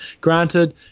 Granted